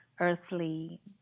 earthly